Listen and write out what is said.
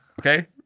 okay